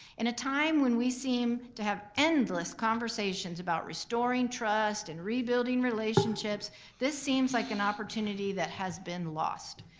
in a time when we seem to have endless conversations about restoring trust and rebuilding relationships this seems like an opportunity that has been lost.